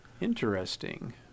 Interesting